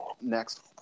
Next